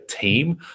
team